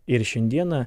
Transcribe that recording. ir šiandieną